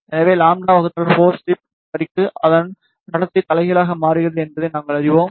எனவே λ 4 ஸ்ட்ரிப் வரிக்கு அது அதன் நடத்தை தலைகீழாக மாற்றுகிறது என்பதை நாங்கள் அறிவோம்